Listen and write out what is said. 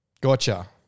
Gotcha